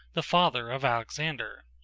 the father of alexander.